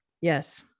Yes